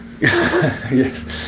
Yes